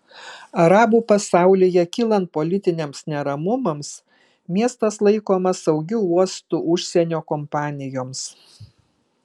arabų pasaulyje kylant politiniams neramumams miestas laikomas saugiu uostu užsienio kompanijoms